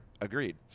Agreed